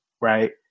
right